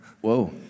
Whoa